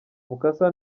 mukasa